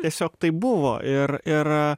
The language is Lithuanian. tiesiog taip buvo ir ir